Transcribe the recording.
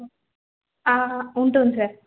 ఉంటుంది సార్